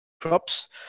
crops